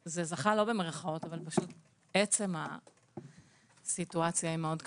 גם כך עצם הסיטואציה היא מאוד קשה.